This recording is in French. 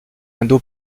indo